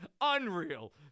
Unreal